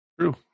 true